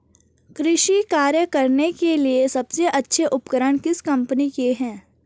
कृषि कार्य करने के लिए सबसे अच्छे उपकरण किस कंपनी के हैं?